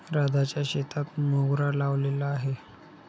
राधाच्या शेतात मोगरा लावलेला आहे